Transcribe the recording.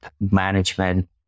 management